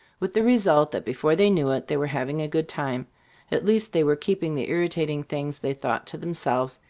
with the result that before they knew it, they were having a good time at least, they were keeping the irritating things they thought to themselves,